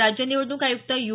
राज्य निवडणूक आय़क्त यू